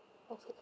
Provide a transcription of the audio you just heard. okay